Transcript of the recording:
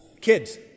Kids